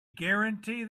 guarantee